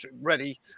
ready